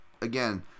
again